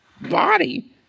body